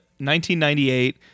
1998